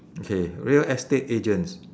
okay real estate agents